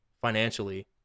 financially